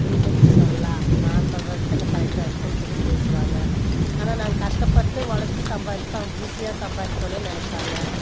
நீங்கள் எப்படி சொல்லலாம் நான் சொல்கிறது தான் கரெக்டாக இருக்குன்னு சொல்லி பேசுவாங்க ஆனால் நாங்கள் கஷ்டப்பட்டு ஒழைச்சி சம்பாதிப்போம் அவங்க ஈஸியாக சம்பாரிக்கணுனு நினைப்பாங்க